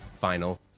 final